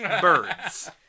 birds